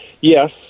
Yes